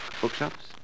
bookshops